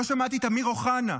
לא שמעתי את אמיר אוחנה,